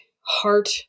heart